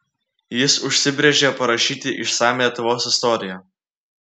jis užsibrėžė parašyti išsamią lietuvos istoriją